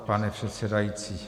Pane předsedající.